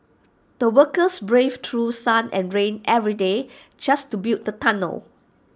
the workers braved through sun and rain every day just to build the tunnel